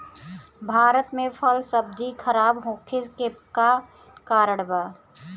भारत में फल सब्जी खराब होखे के का कारण बा?